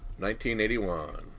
1981